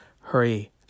hurry